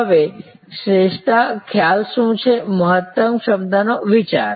હવે શ્રેષ્ઠ ખ્યાલ શું છે મહત્તમ ક્ષમતાનો વિચાર